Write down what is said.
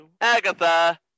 Agatha